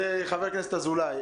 מדבר חבר הכנסת אזולאי.